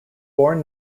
born